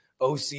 OC